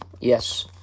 Yes